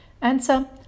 Answer